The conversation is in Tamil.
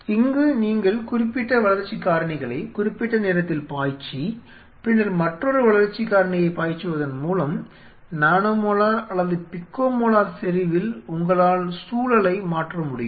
இங்கு நீங்கள் குறிப்பிட்ட வளர்ச்சி காரணிகளை குறிப்பிட்ட நேரத்தில் பாய்ச்சி பின்னர் மற்றொரு வளர்ச்சி காரணியை பாய்ச்சுவதன் மூலம் நானோமோலார் அல்லது பிக்கோமொலார் செறிவில் உங்களால் சூழலை மாற்ற முடியும்